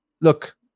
Look